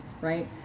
right